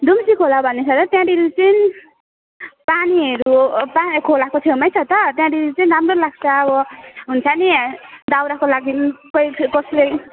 दुम्सीखोला भन्ने छ त त्यहाँनेरि चाहिँ पानीहरू पा खोलाको छेउमै छ त त्यहाँनेरि चाहिँ राम्रो लाग्छ अब हुन्छ नि दाउराको लागिन् कसले